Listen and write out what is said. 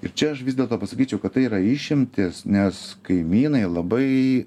ir čia aš vis dėlto pasakyčiau kad tai yra išimtys nes kaimynai labai